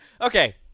Okay